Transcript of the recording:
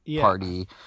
party